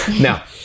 Now